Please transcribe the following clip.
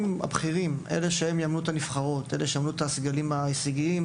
הבכירים שיאמנו את הנבחרות ואת הסגלים ההישגיים